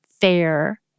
fair